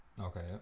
Okay